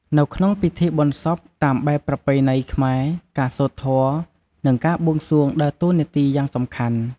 នៅក្នុងពិធីបុណ្យសពតាមបែបប្រពៃណីខ្មែរ ការសូត្រធម៌ និងការបួងសួងដើរតួនាទីយ៉ាងសំខាន់។